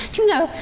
do you know,